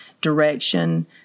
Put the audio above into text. direction